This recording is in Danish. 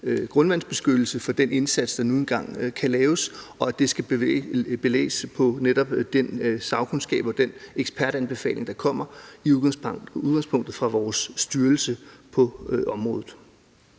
grundvandsbeskyttelse for den indsats, der nu engang kan laves, og det skal baseres på netop den sagkundskab og de ekspertanbefalinger, der kommer, i udgangspunktet fra vores styrelse på området.